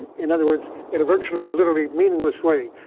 in other words, in a virtually, literally meaningless way.